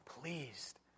pleased